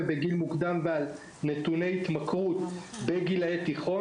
בגיל מוקדם ועל נתוני התמכרות בגילי תיכון.